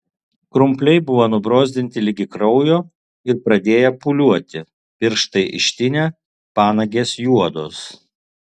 krumpliai buvo nubrozdinti ligi kraujo ir pradėję pūliuoti pirštai ištinę panagės juodos